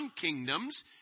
kingdoms